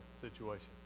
situation